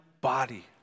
body